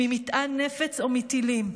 ממטען נפץ או מטילים,